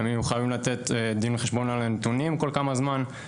האם הם יהיו חייבים לתת דין וחשבון על הנתונים כל כמה זמן?